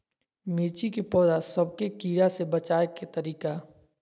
मिर्ची के पौधा सब के कीड़ा से बचाय के तरीका?